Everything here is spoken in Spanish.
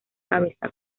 cabeza